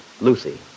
Lucy